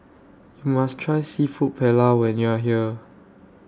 YOU must Try Seafood Paella when YOU Are here